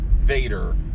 Vader